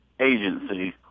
agency